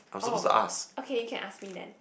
oh okay you can ask me then